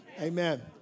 Amen